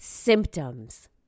symptoms